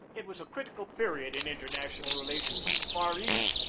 it was a critical period in international relations in the far east.